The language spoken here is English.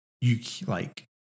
you—like